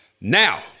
Now